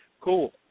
Cool